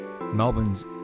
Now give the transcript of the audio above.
Melbourne's